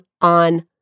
on